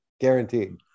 Guaranteed